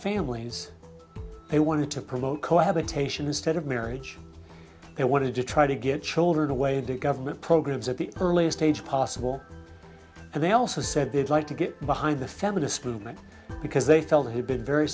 families they want to promote cohabitation instead of marriage they want to try to get children away to government programs at the earliest age possible and they also said they'd like to get behind the feminist movement because they felt he'd been very